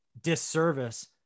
disservice